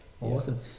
Awesome